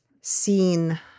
seen